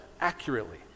accurately